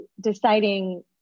deciding